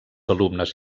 alumnes